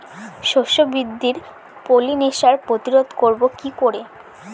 শস্য বৃদ্ধির পলিনেশান প্রতিরোধ করব কি করে?